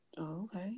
Okay